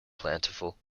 plentiful